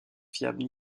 fiable